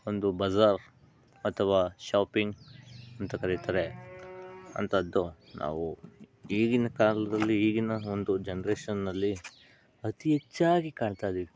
ಒಂದು ಬಝಾರ್ ಅಥವಾ ಶಾಪಿಂಗ್ ಅಂತ ಕರಿತಾರೆ ಅಂಥದ್ದು ನಾವು ಈಗಿನ ಕಾಲದಲ್ಲಿ ಈಗಿನ ಒಂದು ಜನ್ರೇಷನ್ನಲ್ಲಿ ಅತಿ ಹೆಚ್ಚಾಗಿ ಕಾಣ್ತದೆ